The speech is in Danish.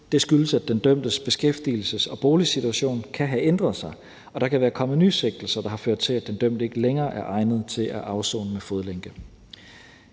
Det skyldes, at den dømtes beskæftigelses- og boligsituation kan have ændret sig, og der kan være kommet nye sigtelser, der har ført til, at den dømte ikke længere er egnet til at afsone med fodlænke